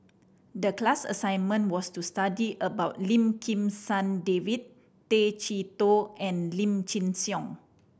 the class assignment was to study about Lim Kim San David Tay Chee Toh and Lim Chin Siong